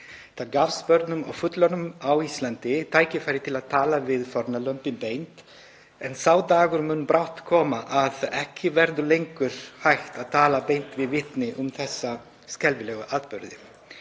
Þá gafst börnum og fullorðnum á Íslandi tækifæri til að tala beint við fórnarlömbin en sá dagur mun brátt koma að ekki verður lengur hægt að tala beint við vitni um þessa skelfilegu atburði.